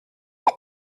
get